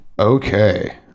Okay